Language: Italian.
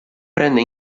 prende